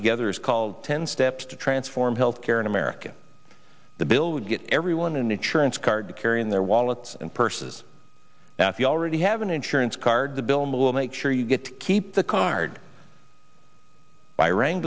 together is called ten steps to transform health care in america the bill would get everyone an insurance card to carry in their wallets and purses if you already have an insurance card the bill will make sure you get to keep the card by wrang